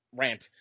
rant